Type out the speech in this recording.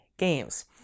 games